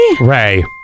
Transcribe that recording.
Ray